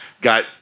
got